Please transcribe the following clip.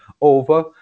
over